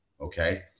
Okay